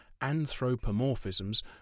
anthropomorphisms